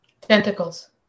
Tentacles